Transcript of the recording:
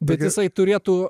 bet jisai turėtų